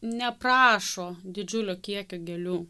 neprašo didžiulio kiekio gėlių